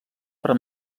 per